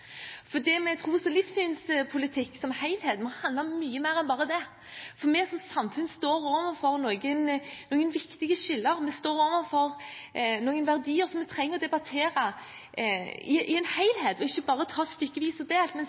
Tros- og livssynspolitikk som helhet må handle om mye mer enn bare det, for vi som samfunn står overfor noen viktige skiller, vi står overfor noen verdier som vi trenger å debattere i en helhet, ikke bare stykkevis og delt.